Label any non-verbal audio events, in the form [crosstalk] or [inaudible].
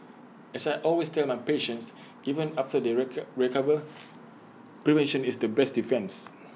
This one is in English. as I always tell my patients even after they [unintelligible] recover prevention is the best defence